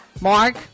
Mark